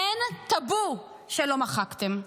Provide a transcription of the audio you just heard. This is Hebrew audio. אין טאבו שלא מחקתם.